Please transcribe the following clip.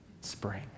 spring